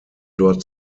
dort